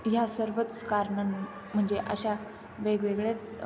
ह्या सर्वच कारणां म्हणजे अशा वेगवेगळेच